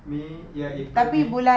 may ya april may